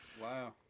wow